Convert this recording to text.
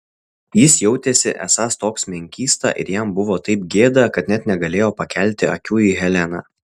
jis jautėsi esąs toks menkysta ir jam buvo taip gėda kad net negalėjo pakelti akių į heleną